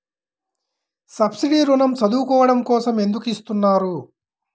Subsidy ఋణం చదువుకోవడం కోసం ఎందుకు ఇస్తున్నారు?